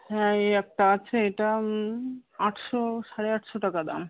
হ্যাঁ এই একটা আছে এটা আটশো সাড়ে আটশো টাকা দাম